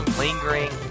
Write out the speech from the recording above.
lingering